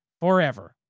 forever